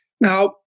Now